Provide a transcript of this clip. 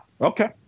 Okay